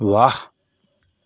ਵਾਹ